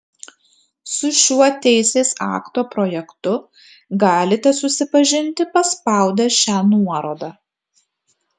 su šiuo teisės akto projektu galite susipažinti paspaudę šią nuorodą